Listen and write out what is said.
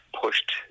pushed